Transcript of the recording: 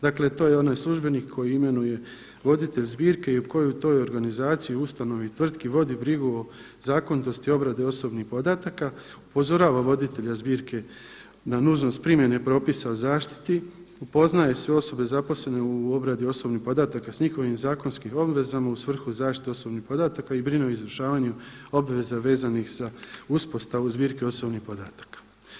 Dakle, to je onaj službenik koji imenuje voditelj zbirke i koji u toj organizaciji, ustanovi, tvrtki vodi brigu o zakonitosti obrade osobnih podataka, upozorava voditelja zbirke na nužnost primjene propisa o zaštiti, upoznaje sve osobe zaposlene u obradi osobnih podataka sa njihovim zakonskim obvezama u svrhu zaštite osobnih podataka i brine o izvršavanju obveza vezanih za uspostavu zbirke osobnih podataka.